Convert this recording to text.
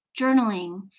journaling